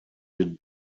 den